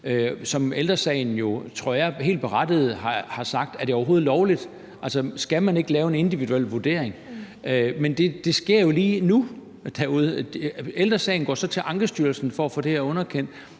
Ældre Sagen har jo, tror jeg, helt berettiget sagt: Er det overhovedet lovligt? Skal man ikke lave en individuel vurdering? Men det sker jo lige nu derude. Ældre Sagen går så til Ankestyrelsen for at få det her underkendt,